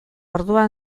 orduan